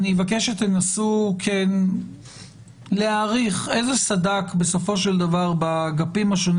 שתנסו להעריך איזה סד"כ בסופו של דבר באגפים השונים